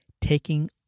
taking